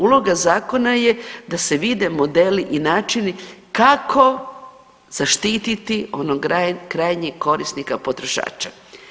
Uloga zakona je da se vide modeli i načini kako zaštititi onog krajnjeg korisnika potrošača.